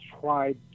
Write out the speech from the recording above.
tried